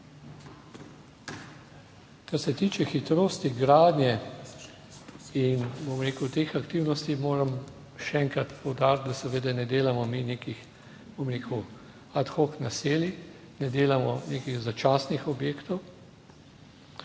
Kar se tiče hitrosti gradnje in, bom rekel, teh aktivnosti, moram še enkrat poudariti, da seveda ne delamo mi nekih, bom rekel, ad hoc naselij, ne delamo nekih začasnih objektov,